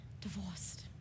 divorced